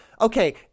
Okay